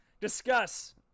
discuss